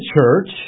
church